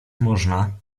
można